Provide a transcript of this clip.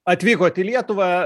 atvykot į lietuvą